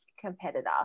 competitor